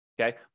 Okay